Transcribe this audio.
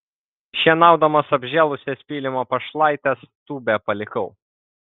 šienaudamas apžėlusias pylimo pašlaites tūbę palikau